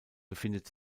befindet